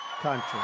country